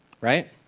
right